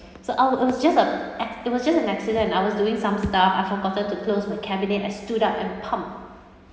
so I'll it was just a acc~ it was just an accident I was doing some stuff I forgotten to close my cabinet I stood up and pump